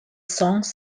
songs